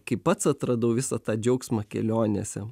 kai pats atradau visą tą džiaugsmą kelionėse